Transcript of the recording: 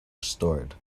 restored